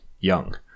young